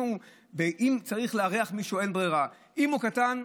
אם צריך לארח מישהו ואין ברירה, אם הוא קטן,